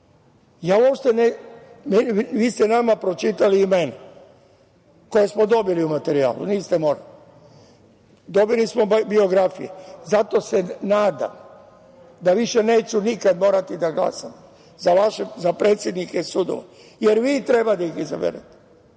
su dugo. Vi ste nama pročitali imena koja smo dobili u materijalu, niste morali, dobili smo biografije, zato se nadam da više neću nikad morati da glasam za predsednike sudova, jer vi treba da ih izaberete,